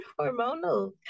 hormonal